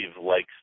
likes